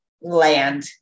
land